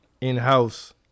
in-house